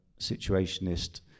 situationist